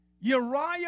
Uriah